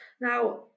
Now